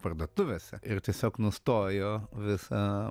parduotuvėse ir tiesiog nustojo visą